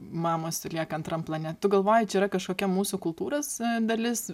mamos lieka antram plane tu galvoji čia yra kažkokia mūsų kultūros dalis